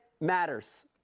matters